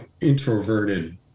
introverted